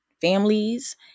families